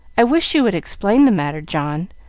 i wish you would explain the matter, john,